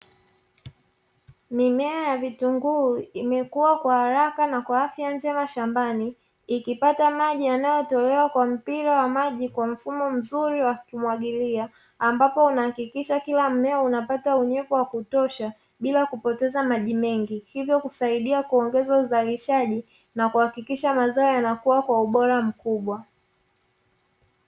Mimea ya vitunguu imekuwa kwa haraka na kwa afya njema shambani ikipata maji yanayotolewa kwa mpira kwa mfumo mzuri wa kumwagilia. Ambapo huakikisha kila mmea unapata unyevu wa kutosha bila kupoteza maji mengi, hivyo kusaidia kuongeza uzalishaji na kuhakikisha mazao yanakuwa kwa ubora mkubwa.